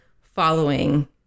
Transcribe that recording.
following